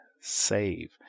save